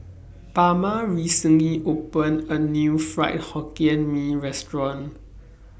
Bama recently opened A New Fried Hokkien Mee Restaurant